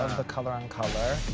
the color on color.